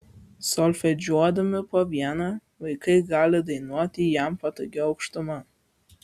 solfedžiuodami po vieną vaikai gali dainuoti jam patogiu aukštumu